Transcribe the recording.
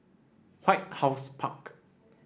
White House Park